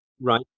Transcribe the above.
Right